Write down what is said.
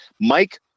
Mike